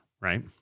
Right